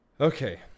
Okay